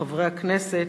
חברי הכנסת,